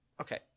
Okay